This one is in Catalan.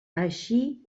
així